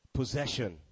possession